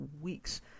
weeks